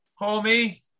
homie